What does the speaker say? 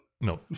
No